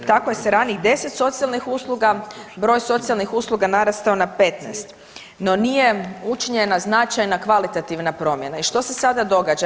Tako se ranijih 10 socijalnih usluga, broj socijalnih usluga narastao na 15 no nije učinjena značajna kvalitativna promjena, i što se sada događa?